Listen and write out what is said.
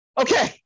Okay